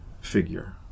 figure